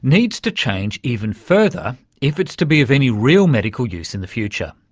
needs to change even further if it's to be of any real medical use in the future.